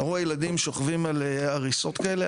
אתה רואה ילדים שוכבים על מיטות כאלה,